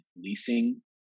leasing